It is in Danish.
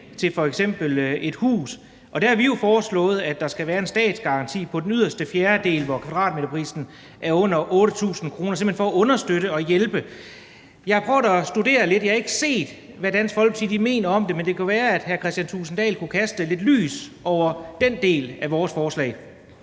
til f.eks. et hus. Der har vi jo foreslået, at der skal være en statsgaranti på den yderste fjerdedel, hvor kvadratmeterprisen er under 8.000 kr., simpelt hen for at understøtte og hjælpe. Jeg har prøvet at studere lidt, og jeg har ikke set, hvad Dansk Folkeparti mener om det, men det kunne jo være, at hr. Kristian Thulesen Dahl kunne kaste lidt lys over det med hensyn